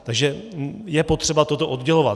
Takže je potřeba toto oddělovat.